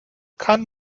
kann